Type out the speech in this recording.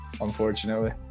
unfortunately